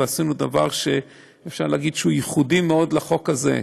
ועשינו דבר שאפשר להגיד שהוא ייחודי מאוד לחוק הזה,